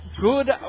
Good